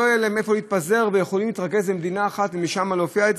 לא יהיה להם איפה להתפזר והם יכולים להתרכז במדינה אחת ומשם זה יופיע.